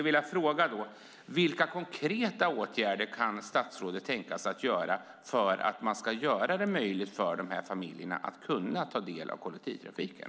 Vilka konkreta åtgärder kan statsrådet tänka sig att vidta för att göra det möjligt för dessa grupper att ta del av kollektivtrafiken?